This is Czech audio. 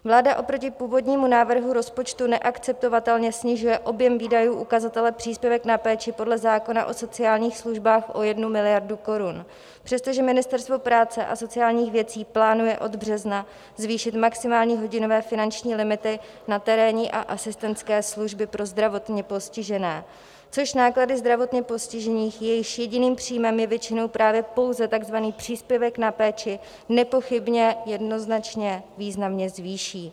Vláda oproti původnímu návrhu rozpočtu neakceptovatelně snižuje objem výdajů ukazatele příspěvek na péči podle zákona o sociálních službách o 1 miliardu korun, přestože Ministerstvo práce a sociálních věcí plánuje od března zvýšit maximální hodinové finanční limity na terénní a asistentské služby pro zdravotně postižené, což náklady zdravotně postižených, jejichž jediným příjmem je většinou právě pouze takzvaný příspěvek na péči, nepochybně jednoznačně významně zvýší.